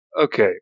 okay